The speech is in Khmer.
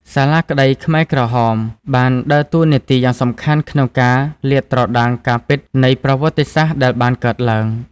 សាលាក្ដីខ្មែរក្រហមបានដើរតួនាទីយ៉ាងសំខាន់ក្នុងការលាតត្រដាងការពិតនៃប្រវត្តិសាស្ត្រដែលបានកើតឡើង។